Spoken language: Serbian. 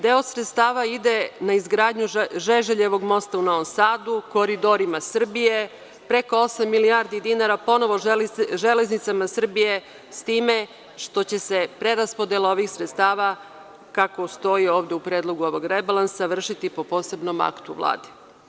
Deo sredstava ide na izgradnju Žeželjevog mosta u Novom Sadu, koridorima Srbije, preko osam milijardi dinara ponovo „Železnicama Srbije“, s time što će se preraspodelom ovih sredstava, kako ovde stoji u predlogu ovog rebalansa vršiti po posebnom aktu Vlade.